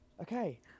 Okay